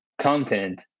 content